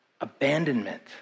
abandonment